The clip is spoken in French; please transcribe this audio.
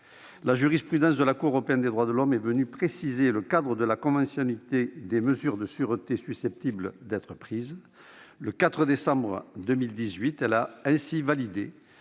la jurisprudence de la Cour européenne des droits de l'homme est entre-temps venue préciser le cadre de conventionnalité des mesures de sûreté susceptibles d'être ainsi prises. Le 4 décembre 2018, elle a ainsi validé